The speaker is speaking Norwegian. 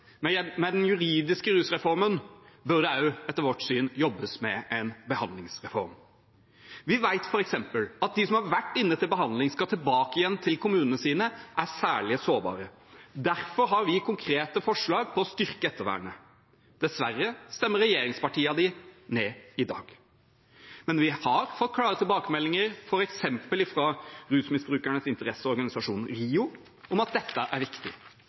med den juridiske rusreformen bør det etter vårt syn også jobbes med en behandlingsreform. Vi vet f.eks. at de som har vært inne til behandling og skal tilbake igjen til kommunene sine, er særlig sårbare. Derfor har vi konkrete forslag om å styrke ettervernet. Dessverre stemmer regjeringspartiene dem ned i dag, men vi har fått klare tilbakemeldinger, f.eks. fra Rusmisbrukernes interesseorganisasjon, RIO, om at dette er viktig,